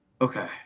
Okay